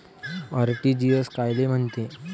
RTGS कायले म्हनते?